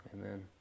Amen